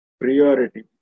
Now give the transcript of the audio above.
priority